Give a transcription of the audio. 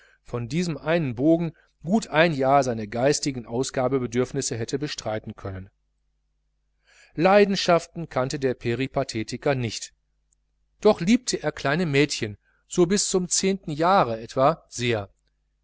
von diesem einen bogen gut ein jahr seine geistigen ausgabebedürfnisse hätte bestreiten können leidenschaften kannte der peripathetiker nicht doch liebte er kleine mädchen so bis zum zehnten jahre etwa sehr